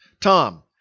Tom